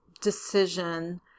decision